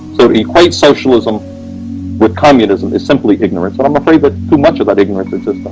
so to equate socialism with communism is simply ignorance and i'm afraid that too much of that ignorance